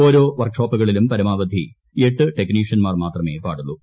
ഓരോ വർക്ക് ഷോപ്പുകളിലും പരമാവധി എട്ട് ടെക്നീഷ്യൻമാർ മാത്രമേ പാടുള്ളു